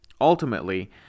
Ultimately